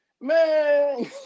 Man